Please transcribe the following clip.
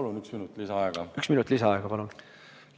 Eestit. Aitäh!